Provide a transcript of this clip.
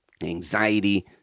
anxiety